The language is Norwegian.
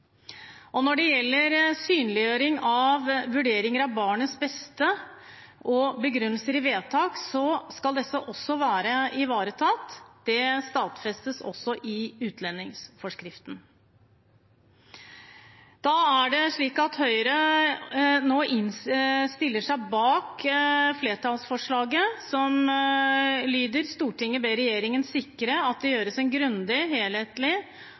Når det gjelder synliggjøring av vurderinger av barnets beste og begrunnelser i vedtak, skal dette også være ivaretatt. Det stadfestes også i utlendingsforskriften. Høyre stiller seg bak flertallsforslaget, som lyder: «Stortinget ber regjeringen sikre at det gjøres en grundig, helhetlig